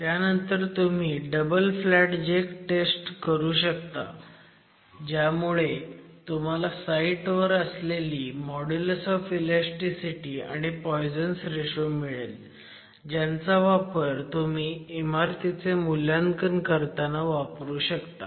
त्यानंतर तुम्ही double flat jack test करू शकता ज्यामुळे तुम्हाला साईट वर असलेली मॉड्युलस ऑफ इलॅस्टीसिटी आणि पॉयझन्स रेशो मिळेल ज्यांचा वापर तुम्ही इमारतीचे मूल्यांकन करताना तुम्ही करू शकता